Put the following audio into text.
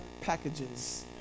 packages